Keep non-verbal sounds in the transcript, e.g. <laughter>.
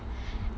<breath>